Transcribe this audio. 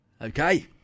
Okay